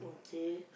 okay